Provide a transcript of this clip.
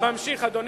ואמשיך, אדוני.